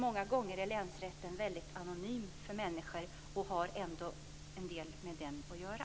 Många gånger är länsrätten väldigt anonym för människor, och de har ändå en del med den att göra.